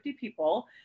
people